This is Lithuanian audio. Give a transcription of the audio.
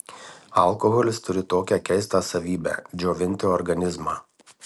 alkoholis turi tokią keistą savybę džiovinti organizmą